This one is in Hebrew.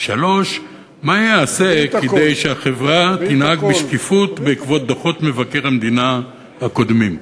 3. מה ייעשה כדי שהחברה תנהג בשקיפות בעקבות דוחות מבקר המדינה הקודמים?